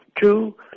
Two